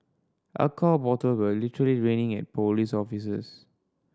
alcohol bottle were literally raining at police officers